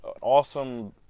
awesome